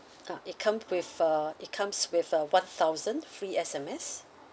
ah it come with a it comes with a one thousand free S_M_S